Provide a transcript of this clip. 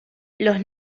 los